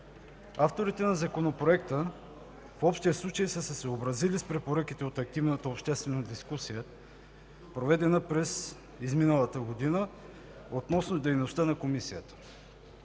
Авторите на Законопроекта в общия случай са се съобразили с препоръките от активната обществена дискусия, проведена през изминалата година относно дейността на Комисията.